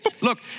look